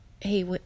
Hey